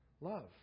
love